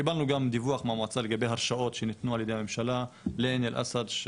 קיבלנו גם דיווח מהמועצה לגבי השעות שניתנו על ידי הממשלה לעין אל-אסד,